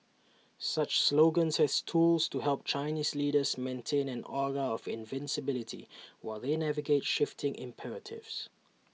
such slogans as tools to help Chinese leaders maintain an aura of invincibility while they navigate shifting imperatives